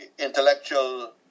Intellectual